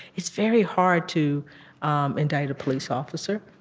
it's very hard to um indict a police officer.